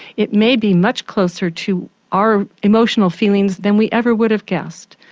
it may be much closer to our emotional feelings than we ever would have guessed.